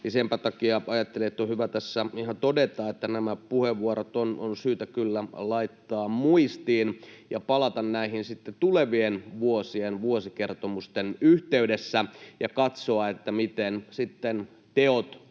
senpä takia ajattelen, että on hyvä tässä ihan todeta, että nämä puheenvuorot on syytä kyllä laittaa muistiin ja palata näihin sitten tulevien vuosien vuosikertomusten yhteydessä ja katsoa, miten sitten teot